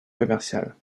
commerciale